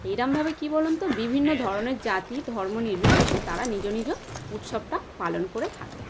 এরকমভাবে কী বলুন তো বিভিন্ন ধরনের জাতি ধর্ম নির্বিশেষে তারা নিজ নিজ উৎসবটা পালন করে থাকে